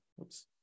Oops